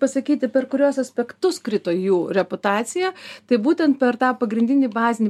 pasakyti per kuriuos aspektus krito jų reputacija tai būtent per tą pagrindinį bazinį